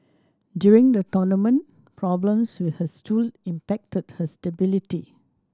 during the tournament problems with her stool impacted her stability